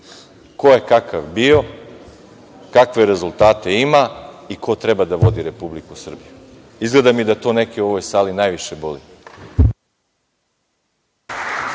ko je kakav bio, kakve rezultate ima i ko treba da vodi Republiku Srbiju. Izgleda mi da to neke u ovaj sali najviše boli.